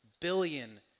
billion